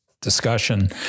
discussion